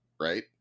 Right